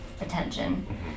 attention